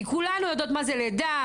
כי כולנו יודעות מה זה לידה,